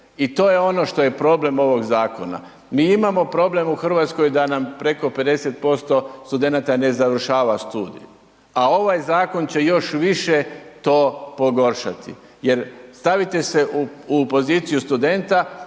I to je ono što je problem ovog zakona. Mi imamo problem u Hrvatskoj da nam preko 50% studenata ne završava studij a ovaj zakon će još više to pogoršati jer stavite se u poziciju studenta